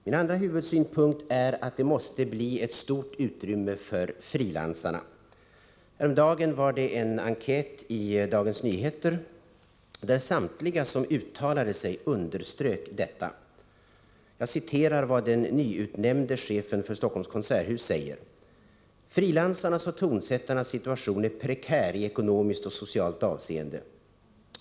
Min andra huvudsynpunkt är att det måste bli stort utrymme för frilansarna. Häromdagen fanns det en enkät i Dagens Nyheter, där samtliga som uttalade sig underströk detta. Jag citerar vad den nyutnämnde chefen för Stockholms konserthus sade: ”Frilansarnas och tonsättarnas situation är prekär i ekonomiskt och socialt avseende.